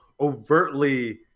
overtly